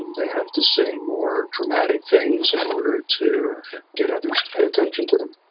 they have to say more dramatic things in order to get others to pay attention to them.